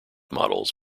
models